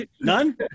None